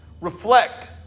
reflect